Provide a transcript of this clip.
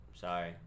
Sorry